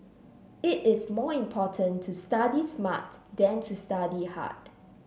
it is more important to study smart than to study hard